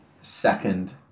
second